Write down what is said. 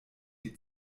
die